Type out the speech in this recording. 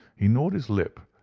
he gnawed his lip,